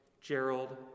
Gerald